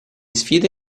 sfide